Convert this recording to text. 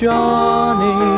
Johnny